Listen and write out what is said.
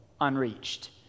unreached